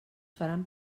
faran